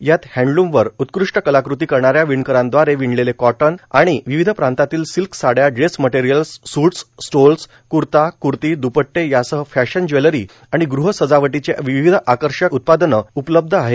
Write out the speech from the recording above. यात हॅण्डलूमवर उत्कृश्ट कलाकृती करणा या विणकरांद्वारे विणलेले कॉटन आणि विविध प्रांतातील सिल्क साडया dress materials suits stoles kurta kurti द्पट्टे यासह फॅशन ज्वेलरी आणि गृह सजावटीचे विविध आकर्शक आणि उत्पादने उपलब्ध आहेत